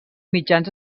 mitjans